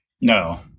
No